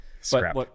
Scrap